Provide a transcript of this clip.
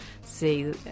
see